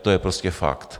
To je prostě fakt.